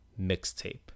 mixtape